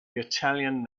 italian